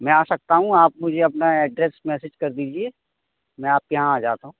मैं आ सकता हूँ आप मुझे अपना एड्रेस मैसेज कर दीजिए मैं आपके यहाँ आ जाता हूँ